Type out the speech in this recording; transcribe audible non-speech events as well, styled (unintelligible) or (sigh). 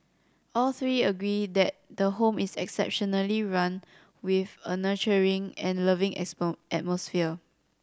all three agree that the home is exceptionally run with a nurturing and loving (unintelligible) atmosphere